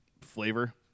flavor